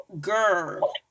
girl